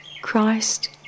Christ